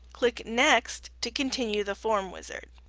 click next to continue the form wizard.